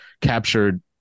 captured